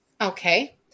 Okay